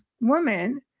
woman